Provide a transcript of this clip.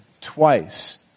twice